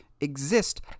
exist